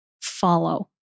follow